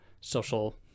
social